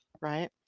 right